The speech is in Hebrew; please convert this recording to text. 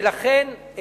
ולכן,